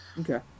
Okay